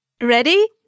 Ready